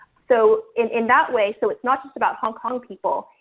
so in in that way, so it's not just about hong kong people.